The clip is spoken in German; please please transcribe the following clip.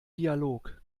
dialog